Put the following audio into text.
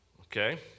okay